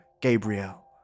Gabriel